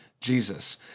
Jesus